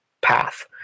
path